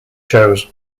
shows